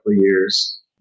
years